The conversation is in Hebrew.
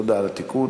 תודה על התיקון,